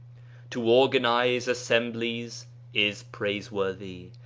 to organize assemblies is praiseworthy,